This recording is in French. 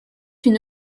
une